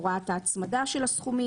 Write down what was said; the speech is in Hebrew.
ההגדרה "צוות פרלמנטרי"